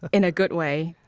in a good way.